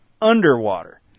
underwater